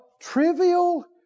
trivial